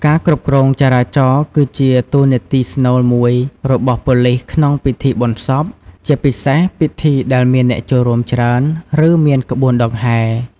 ការគ្រប់គ្រងចរាចរណ៍គឺជាតួនាទីស្នូលមួយរបស់ប៉ូលីសក្នុងពិធីបុណ្យសព ជាពិសេសពិធីដែលមានអ្នកចូលរួមច្រើន ឬមានក្បួនដង្ហែ។